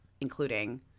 including